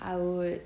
I would